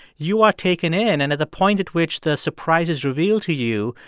you are taken in. and at the point at which the surprise is revealed to you,